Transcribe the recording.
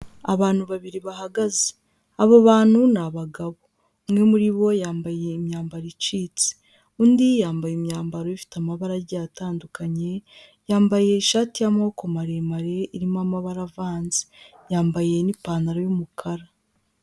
Abantu babiri bahagaze, abo bantu ni abagabo, umwe muri bo yambaye imyambaro icitse, undi yambaye imyambaro ifite amabara atandukanye, yambaye ishati y'amaboko maremare irimo amabara avanze, yambaye n'ipantaro y'umukara.